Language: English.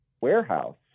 warehouse